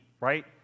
right